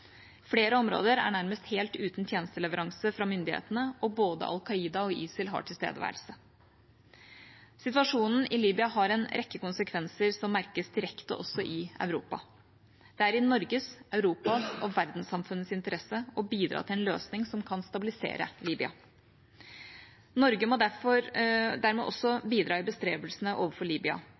Flere områder er nærmest helt uten tjenesteleveranse fra myndighetene, og både Al Qaida og ISIL har tilstedeværelse. Situasjonen i Libya har en rekke konsekvenser som merkes direkte også i Europa. Det er i Norges, Europas og verdenssamfunnets interesse å bidra til en løsning som kan stabilisere Libya. Norge må dermed også bidra i bestrebelsene overfor